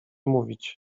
mówić